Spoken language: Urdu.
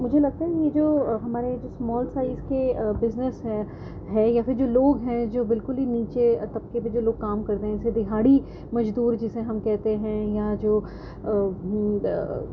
مجھے لگتا ہے یہ جو ہمارے جو اسمال سائز کے بزنس ہیں ہے یا جو لوگ ہیں جو بالکل ہی نیچے طبقے پہ جو لوگ کام کرتے ہیں جیسے دہاڑی مزدور جسے ہم کہتے ہیں یا جو